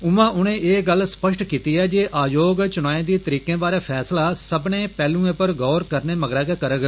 उआं उनें एह् गल्ल स्पष्ट कीती जे आयोग चुनाए दी तरीकें बारै फैसला सब्बनें पहलुए पर गौर करने मगरा गै करग